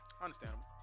Understandable